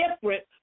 different